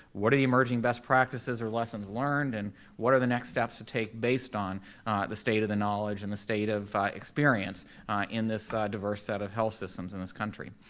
what are the emerging best practices or lessons learned, and what are the next steps to take based on the state of the knowledge and the state of experience in this diverse set of health systems in this country?